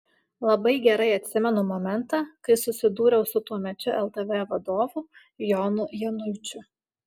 labai gerai atsimenu momentą kai susidūriau su tuomečiu ltv vadovu jonu januičiu